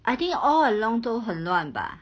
I think all along 都很乱吧